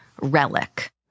relic